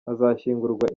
azashyingurwa